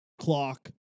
clock